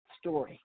story